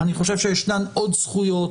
אני חושב שיש עוד זכויות,